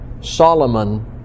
Solomon